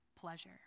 pleasure